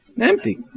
empty